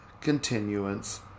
continuance